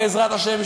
בעזרת השם,